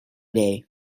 day